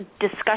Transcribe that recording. discussion